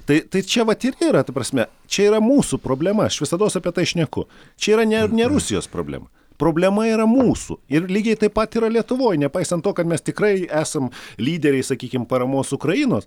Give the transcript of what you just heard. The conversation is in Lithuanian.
tai tai čia vat ir yra ta prasme čia yra mūsų problema aš visados apie tai šneku čia yra ne ne rusijos problema problema yra mūsų ir lygiai taip pat yra lietuvoj nepaisant to kad mes tikrai esam lyderiai sakykim paramos ukrainos